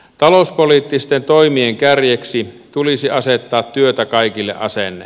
talouspoliittisten toimien kärjeksi tulisi asettaa työtä kaikille asenne